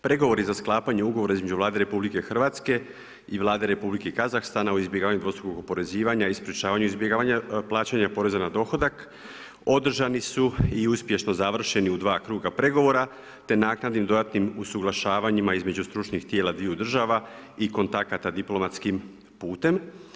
Pregovori za sklapanje ugovora između Vlade RH i Vlade Republike Kazahstana o izbjegavanju dvostrukog oporezivanja i sprječavanju izbjegavanja plaćanja poreza na dohodak održani su i uspješno završeni u dva kruga pregovora te naknadnim dodatnim usuglašavanjima između stručnih tijela dviju država i kontakata diplomatskim putem.